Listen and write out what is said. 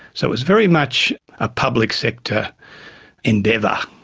so it was very much a public sector endeavour.